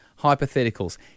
hypotheticals